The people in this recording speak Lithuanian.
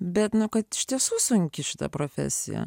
bet nu kad iš tiesų sunki šita profesija